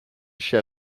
shed